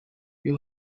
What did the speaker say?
you